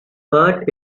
heart